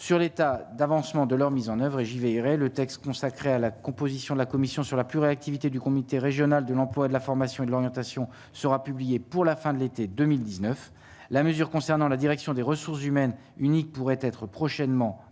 sur l'état d'avancement de leur mise en oeuvre et j'y veillerai, le texte consacré à la composition de la commission sur la plus réactivité du comité régional de l'emploi et de la formation et de l'orientation sera publié pour la fin de l'été 2019 la mesure concernant la direction des ressources humaines unique pourrait être prochainement abrogés